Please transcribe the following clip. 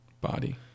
body